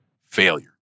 failure